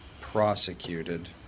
prosecuted